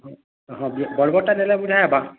ହଁ ହଁ ଯେ ବଡ଼ ବଡ଼ଟା ନେଲେ ବଢ଼ିଆ ହେବା